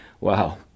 Wow